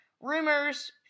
rumors